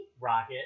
Rocket